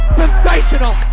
sensational